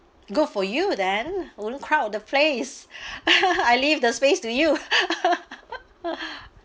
good for you then wouldn't crowd of the place I leave the space to you